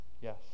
yes